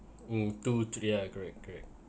mm two three ya correct correct